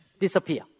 disappear